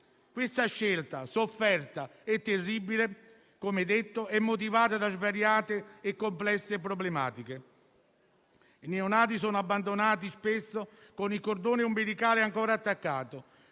Questa scelta sofferta e terribile - come detto - è motivata da svariate e complesse problematiche. I neonati sono abbandonati spesso con il cordone ombelicale ancora attaccato